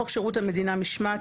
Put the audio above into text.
בחוק שירות המדינה (משמעת),